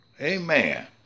amen